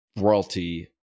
royalty